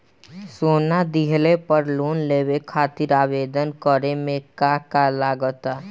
सोना दिहले पर लोन लेवे खातिर आवेदन करे म का का लगा तऽ?